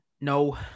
no